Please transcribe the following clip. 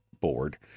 board